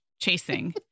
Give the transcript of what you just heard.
chasing